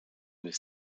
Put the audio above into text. was